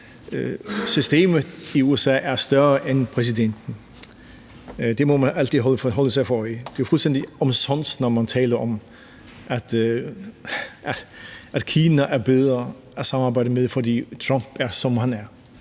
systemet i USA er større end præsidenten, og det må man altid holde sig for øje. Det er fuldstændig omsonst, når man taler om, at Kina er bedre at samarbejde med, fordi Trump er, som han er.